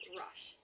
rush